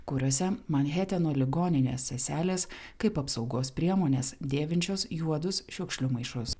kuriose manheteno ligoninės seselės kaip apsaugos priemones dėvinčios juodus šiukšlių maišus